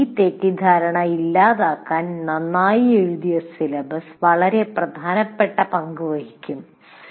ഈ തെറ്റിദ്ധാരണ ഇല്ലാതാക്കാൻ നന്നായി എഴുതിയ സിലബസ് വളരെ പ്രധാനപ്പെട്ട പങ്ക് വഹിക്കും